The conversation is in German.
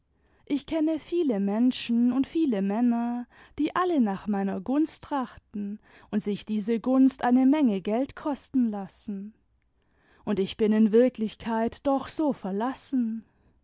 ich kenne viele menschen und viele männer die alle nach meiner gunst tra chten und sich diese gunst eine menge geld kosten lassen und ich bin in wirklichkeit doch so verlassen